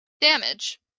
damage